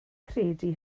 credu